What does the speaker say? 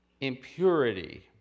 impurity